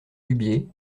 dubié